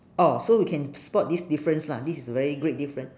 orh so we can spot this difference lah this is a very great different